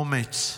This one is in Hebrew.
אומץ,